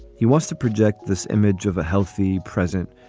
he wants to project this image of a healthy, present,